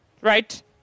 Right